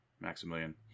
Maximilian